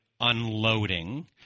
unloading